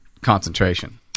concentration